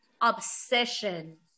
obsession